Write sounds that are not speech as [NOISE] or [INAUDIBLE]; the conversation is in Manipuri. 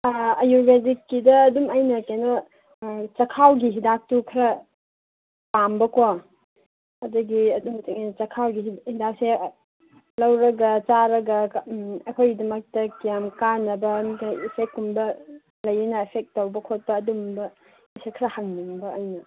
ꯑꯌꯨꯔꯕꯦꯗꯤꯛꯀꯤꯗ ꯑꯗꯨꯝ ꯑꯩꯅ ꯀꯩꯅꯣ ꯆꯥꯛꯈꯥꯎꯒꯤ ꯍꯤꯗꯥꯛꯇꯨ ꯈꯔ ꯄꯥꯝꯕꯀꯣ ꯑꯗꯒꯤ [UNINTELLIGIBLE] ꯆꯥꯛꯈꯥꯎꯒꯤ ꯍꯤꯗꯥꯛꯁꯦ ꯑꯥ ꯂꯧꯔꯒ ꯆꯥꯔꯒ ꯑꯩꯈꯣꯏꯒꯤꯗꯃꯛꯇ ꯀꯌꯥꯝ ꯀꯥꯟꯅꯕ ꯏꯐꯦꯛ ꯀꯨꯝꯕ ꯂꯩꯅ [UNINTELLIGIBLE] ꯇꯧꯕ ꯈꯣꯠꯄ ꯑꯗꯨꯒꯨꯝꯕ ꯑꯁꯦ ꯈꯔ ꯍꯪꯅꯤꯡꯕ ꯑꯩꯅ